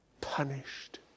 punished